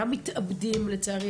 גם מתאבדים לצערי,